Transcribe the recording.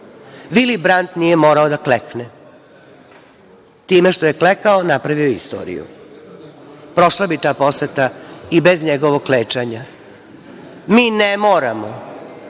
Vili Brant nije morao da klekne. Time što je klekao napravio je istoriju. Prošla bi ta poseta i bez njegovog klečanja. Mi ne moramo